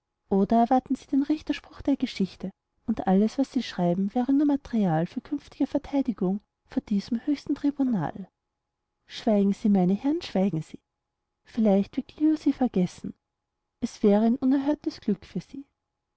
oder erwarten sie den richterspruch der geschichte und alles was sie schreiben wäre nur material für künftige verteidigung vor diesem höchsten tribunal schweigen sie meine herren schweigen sie vielleicht wird klio sie vergessen es wäre ein unerhörtes glück für sie